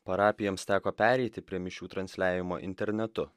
parapijoms teko pereiti prie mišių transliavimo internetu